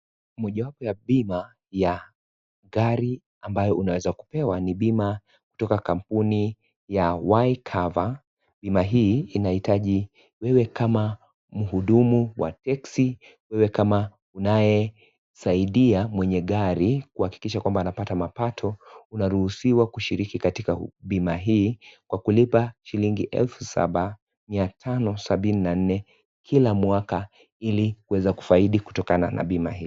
Mojawapo ya bima ya gari ambayo unawezakupewa ni bima kutoka kampuni ya Y-Cover. Bima hii inaitaji wewe kama muhudumu wa teksi, wewe kama unayesaidia mwenye gari. Kwakikisha kwamba anapata mapato, unaruhusiwa kushiriki katika bima hii kwa kulipa shilingi elfu saba miatano sabini na nne kila mwaka, ili kuweza kufaidi kutokana na bima hii.